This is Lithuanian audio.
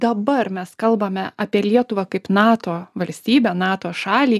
dabar mes kalbame apie lietuvą kaip nato valstybę nato šalį